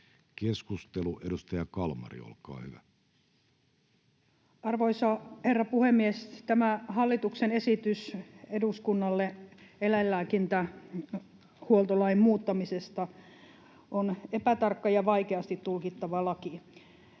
Keskustelu, edustaja Kalmari, olkaa hyvä. Arvoisa herra puhemies! Tämä hallituksen esitys eduskunnalle eläinlääkintähuoltolain muuttamisesta on epätarkka ja vaikeasti tulkittava laki.